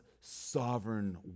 sovereign